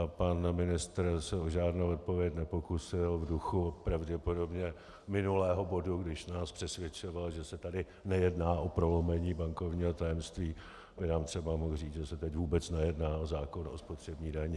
Pan ministr se o žádnou odpověď nepokusil, v duchu pravděpodobně minulého bodu, když nás přesvědčoval, že se tady nejedná o prolomení bankovního tajemství, by nám třeba mohl říci, že se teď vůbec nejedná o zákon o spotřební dani.